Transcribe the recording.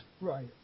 Right